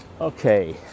Okay